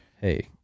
Hey